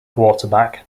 quarterback